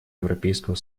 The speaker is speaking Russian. европейского